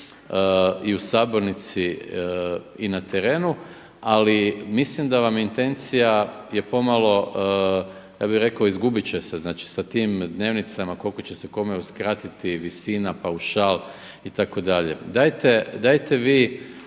i u sabornici i na terenu. Ali mislim da vam je intencija, je pomalo, ja bih rekao izgubiti će se. Znači sa tim dnevnicama koliko će se kome uskratiti visina, paušal itd.. Dajte vi